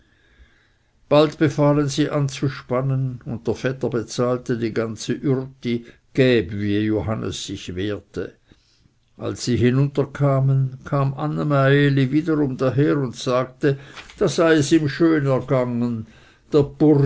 bald befahlen sie anzuspannen und der vetter bezahlte die ganze ürti geb wie johannes sich wehrte als sie hinunter kamen kam anne meieli wiederum daher und sagte da sei es ihm schön ergangen